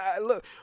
look